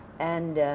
and